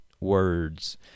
words